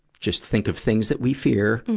just think of things that we fear.